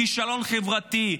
כישלון חברתי.